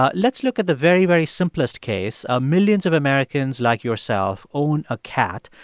ah let's look at the very, very simplest case. ah millions of americans like yourself own a cat.